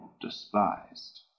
despised